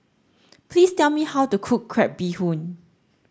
please tell me how to cook crab bee hoon